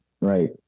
Right